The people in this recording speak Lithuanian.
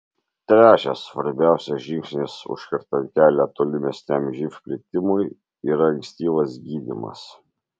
trečias svarbiausias žingsnis užkertant kelią tolimesniam živ plitimui yra ankstyvas gydymas